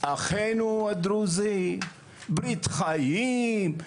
אחינו הדרוזים ברית חיים,